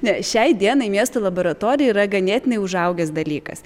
ne šiai dienai miesto laboratorija yra ganėtinai užaugęs dalykas